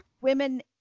women